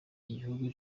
igihugu